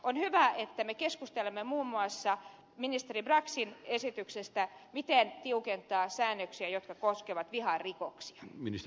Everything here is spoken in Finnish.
on hyvä että me keskustelemme muun muassa ministeri braxin esityksestä siitä miten tiukentaa säännöksiä jotka koskevat viharikoksia